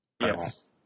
Yes